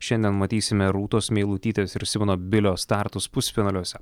šiandien matysime rūtos meilutytės ir simono bilio startus pusfinaliuose